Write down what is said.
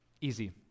easy